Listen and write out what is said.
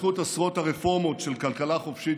בזכות עשרות הרפורמות של כלכלה חופשית